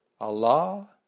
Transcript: Allah